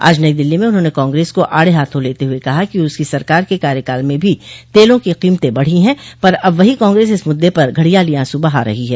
आज नई दिल्ली में उन्होंने कांग्रेस को आड़े हाथों लेते हुए कहा कि उसकी सरकार के कार्यकाल में भी तेलों की कीमतें बढ़ी हैं पर अब वही कांग्रेस इस मुद्दे पर घडियाली आंसू बहा रही है